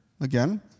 Again